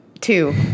two